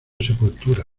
sepultura